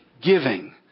giving